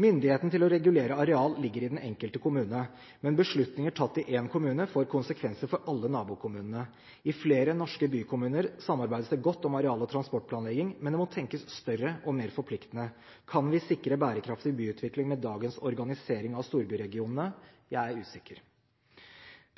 Myndigheten til å regulere areal ligger i den enkelte kommune, men beslutninger tatt i én kommune får konsekvenser for alle nabokommunene. I flere norske byregioner samarbeides det godt om areal- og transportplanlegging, men det må tenkes større og mer forpliktende. Kan vi sikre bærekraftig byutvikling med dagens organisering av storbyregionene? Jeg er usikker.